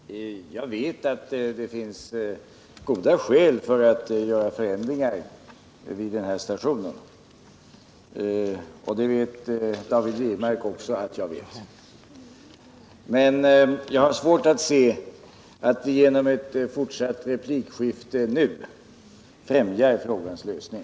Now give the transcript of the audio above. Herr talman! Jag vet att det finns goda skäl till förändringar vid stationen, och det vet också David Wirmark att jag vet, men jag har svårt att se att vi genom ett fortsatt replikskifte nu främjar frågans lösning.